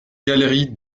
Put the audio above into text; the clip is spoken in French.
galerie